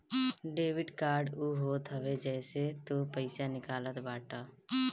debit card उ होत हवे जेसे तू पईसा निकालत बाटअ